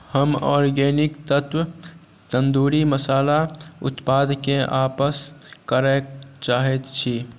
हम आर्गेनिक तत्व तन्दूरी मसाला उत्पादके आपस करै चाहै छी